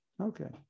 Okay